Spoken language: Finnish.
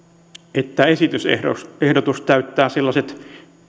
että esitysehdotus täyttää sellaiset